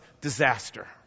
disaster